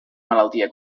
malaltia